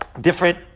different